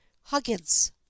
Huggins